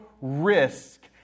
risk